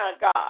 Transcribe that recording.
God